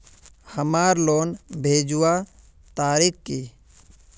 हमार लोन भेजुआ तारीख की?